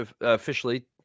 officially